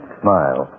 smile